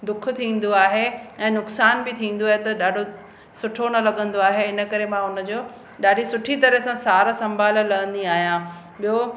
दुख थींदो आहे ऐं नुक़सानु बि थींदो आहे त ॾाढो सुठो न लॻंदो आहे इन करे मां उनजो ॾाढी सुठी तरह सां सार संभाल लहंदी आहियां ॿियो